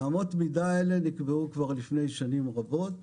אמות המידה נקבעו לפני שנים רבות,